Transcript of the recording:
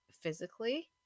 physically